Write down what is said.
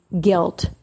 guilt